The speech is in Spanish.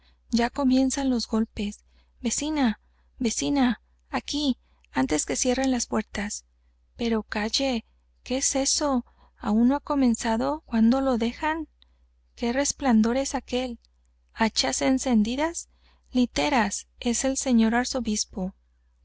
ya comienzan los golpes vecina vecina aquí antes que cierren las puertas pero calle qué es eso aun no han comenzado cuando lo dejan qué resplandor es aquél hachas encendidas literas es el señor